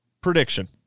Prediction